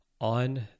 on